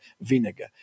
vinegar